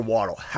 Waddle